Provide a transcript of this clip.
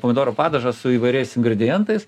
pomidorų padažą su įvairiais ingredientais